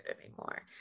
anymore